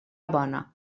bona